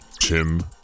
Tim